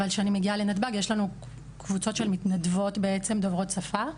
אבל כשני מגיעה לנתב"ג יש לנו קבוצות של מתנדבות בעצם דוברות שפות,